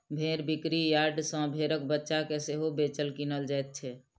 भेंड़ बिक्री यार्ड सॅ भेंड़क बच्चा के सेहो बेचल, किनल जाइत छै